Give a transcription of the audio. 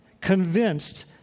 convinced